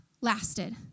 lasted